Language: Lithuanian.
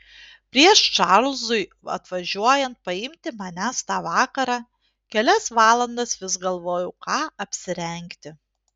prieš čarlzui atvažiuojant paimti manęs tą vakarą kelias valandas vis galvojau ką apsirengti